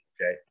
okay